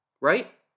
Right